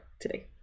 today